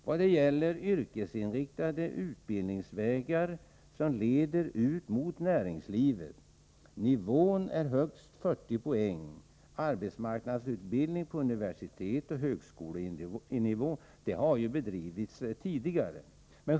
Vad det gäller är yrkesinriktade utbildningsvägar som leder ut mot näringslivet. Nivån är högst 40 poäng. Arbetsmarknadsutbildning på universitetsoch högskolenivå har bedrivits även tidigare.